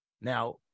Now